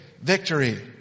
victory